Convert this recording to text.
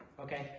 okay